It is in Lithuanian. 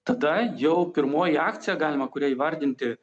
tada jau pirmoji akcija galima kurią įvardinti